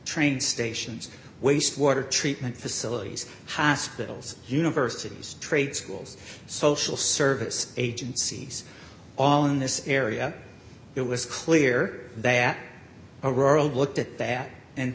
train stations wastewater treatment facilities hospitals universities trade schools social service agencies all in this area it was clear that aurora looked at that and